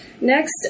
Next